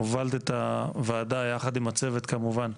הובלת בגאון את הוועדה, יחד עם הצוות כמובן.